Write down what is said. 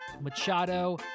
Machado